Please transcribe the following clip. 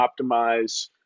optimize